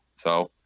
so